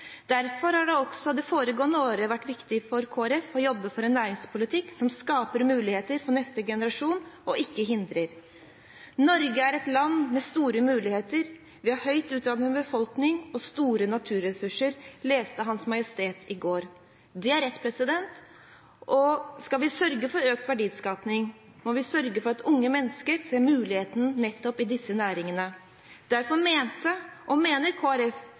Derfor har det også det foregående året vært viktig for Kristelig Folkeparti å jobbe for en næringspolitikk som skaper muligheter for neste generasjon, og ikke hinder. «Norge er et land med store muligheter. Vi har en høyt utdannet befolkning og store naturressurser.» Det sa Hans Majestet i går. Det er rett, og skal vi sørge for økt verdiskaping, må vi sørge for at unge mennesker ser mulighetene i nettopp disse næringene. Derfor mente og mener